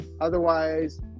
otherwise